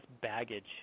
baggage